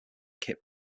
kit